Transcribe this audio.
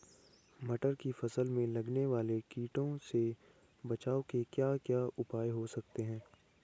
मटर की फसल में लगने वाले कीड़ों से बचाव के क्या क्या उपाय हो सकते हैं?